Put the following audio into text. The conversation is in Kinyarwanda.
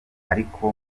ariko